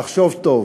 לחשוב טוב